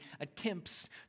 attempts